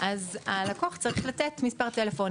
אז הלקוח צריך לתת מספר טלפון.